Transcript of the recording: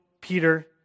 Peter